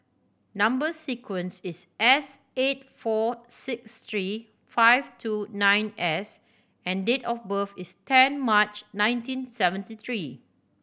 number sequence is S eight four six three five two nine S and date of birth is ten March nineteen seventy three